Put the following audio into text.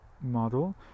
model